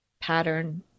pattern